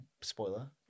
spoiler